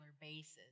basis